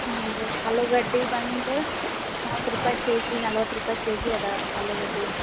ಹ್ಞೂನ್ ರೀ ಆಲೂಗಡ್ಡೆ ಬಂದು ಮೂವತ್ತು ರೂಪಾಯಿ ಕೆಜಿ ನಲವತ್ತು ರೂಪಾಯಿ ಕೆಜಿ ಅದೆ ಆಲೂಗಡ್ಡೆ